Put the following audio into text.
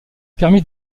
permis